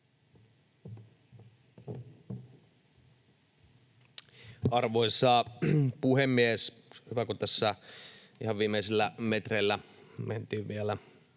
Arvoisa puhemies! Hyvä, kun tässä ihan viimeisillä metreillä mentiin vielä